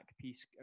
piece